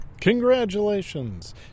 Congratulations